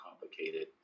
complicated